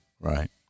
Right